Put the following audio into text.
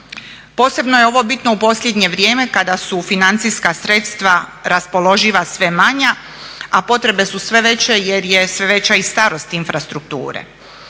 Posebno je ovo bitno u posljednje vrijeme kada su financijska sredstva raspoloživa sve manja a potrebe su sve veće jer je sve veća i starost infrastrukture.